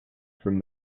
from